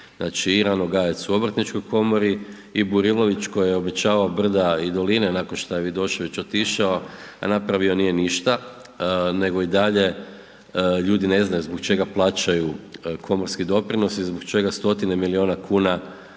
Znači i Ranogajec i obrtničkoj komori i Burilović koji je obećavao brda i doline nakon šta je Vidošević otišao a napravio nije ništa nego i dalje ljudi ne znaju zbog čega plaćaju komorski doprinos i zbog čega stotine milijuna kuna